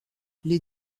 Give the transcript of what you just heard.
les